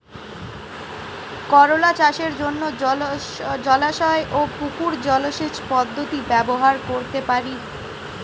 করোলা চাষের জন্য জলাশয় ও পুকুর জলসেচ পদ্ধতি ব্যবহার করতে পারি?